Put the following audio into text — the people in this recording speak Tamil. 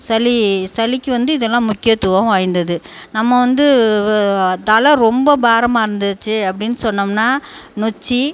சளி சளிக்கு வந்து இதெல்லாம் முக்கியத்துவம் வாய்ந்தது நம்ம வந்து தலை ரொம்ப பாரமாக இருந்துச்சு அப்படின்னு சொன்னோம்னா நொச்சி